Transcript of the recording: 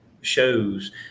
shows